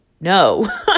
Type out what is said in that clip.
No